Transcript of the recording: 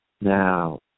Now